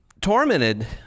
tormented